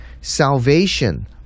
Salvation